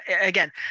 Again